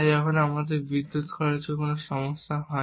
তাই যখন আমাদের বিদ্যুৎ খরচে কোনো সমস্যা হয়